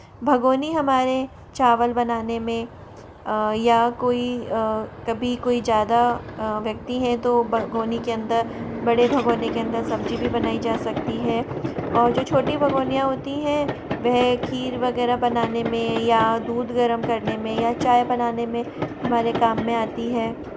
भगोनी हमारे चावल बनाने में या कोई कभी कोई ज़्यादा व्यक्ति हैं तो भगोनी के अंदर बड़े भगोने के अंदर सब्जी भी बनाई जा सकती है और जो छोटी भगोनियाँ होती हैं वह खीर वगैर बनाने में या दूध गर्म करने में या चाय बनाने में हमारे काम में आती हैं